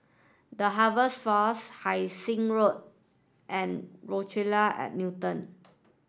The Harvest Force Hai Sing Road and Rochelle at Newton